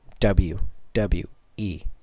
WWE